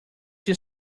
your